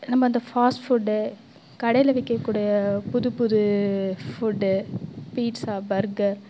நம்ம அந்த fast food கடையில் விற்கக்கூடிய புது புது ஃபுட்டு பீட்ஸா பர்கர்